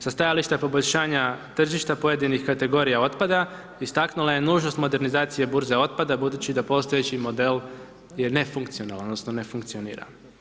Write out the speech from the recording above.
Sa stajališta poboljšanja tržišta pojedinih kategorija otpada, istaknula je nužnost modernizacije burze otpada, budući da postojeći model je nefunkcionalan odnosno ne funkcionira.